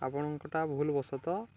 ଆପଣଙ୍କଟା ଭୁଲବଶତଃ